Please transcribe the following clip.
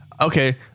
Okay